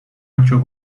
ocho